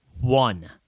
one